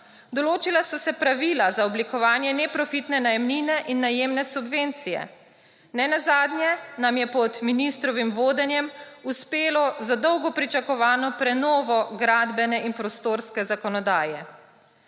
določila so se pravila za oblikovanje neprofitne najemnine in najemne subvencije. Nenazadnje nam je pod ministrovim vodenjem uspelo z dolgo pričakovano prenovo gradbene in prostorske zakonodaje.